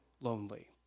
lonely